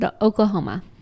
Oklahoma